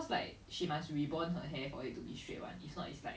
forever on that um